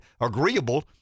agreeable